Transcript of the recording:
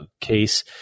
case